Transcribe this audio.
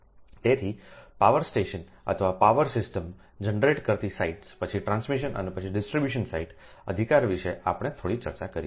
તેથી power station અથવા power system generate કરતી સાઇટ્સ પછી ટ્રાન્સમિશન અને પછી ડિસ્ટ્રિબ્યુશનસાઇટ અધિકારવિશે આપણે થોડી ચર્ચા કરી છે